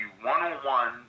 one-on-one